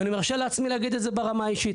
אני מרשה לעצמי להגיד את זה ברמה האישית,